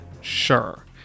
sure